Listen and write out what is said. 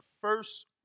first